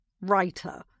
writer